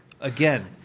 Again